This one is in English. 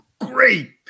great